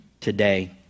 today